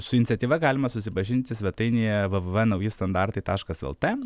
su iniciatyva galima susipažinti svetainėje v v v nauji standartai taškas el t